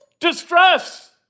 Distress